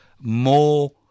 more